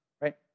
right